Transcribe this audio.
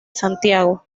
santiago